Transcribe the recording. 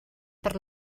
per